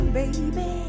baby